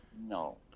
No